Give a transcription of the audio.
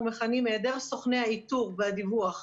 מכנים היעדר סוכני האיתור והדיווח,